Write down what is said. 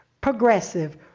progressive